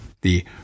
The